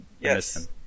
Yes